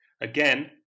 Again